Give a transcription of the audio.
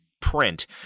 print